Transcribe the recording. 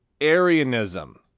Arianism